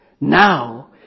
Now